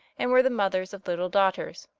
and were the mothers of little daughters.